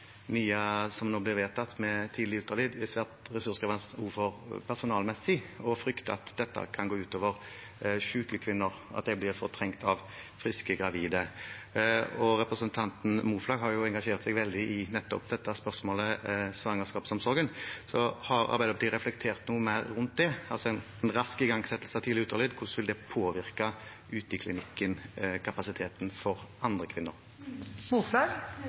som nå blir vedtatt med tidlig ultralyd, er svært ressurskrevende også personalmessig, og at det kan gå ut over syke kvinner ved at de blir fortrengt av friske gravide. Representanten Moflag har jo engasjert seg veldig i nettopp dette spørsmålet, svangerskapsomsorgen. Så har Arbeiderpartiet reflektert noe mer rundt det, altså hvordan en rask igangsettelse av tidlig ultralyd vil påvirke kapasiteten for andre kvinner i klinikken? Ja, for